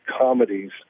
comedies